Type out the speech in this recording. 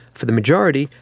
for the majority,